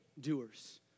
doers